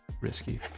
risky